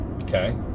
okay